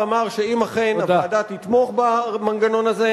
שאם הוועדה אכן תמליץ לקדם הסדר כזה,